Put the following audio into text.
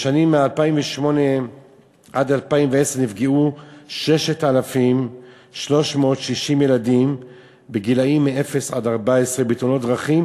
בשנים 2008 2010 נפגעו 6,360 ילדים גילאי אפס עד 14 בתאונות דרכים